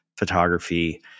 photography